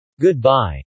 Goodbye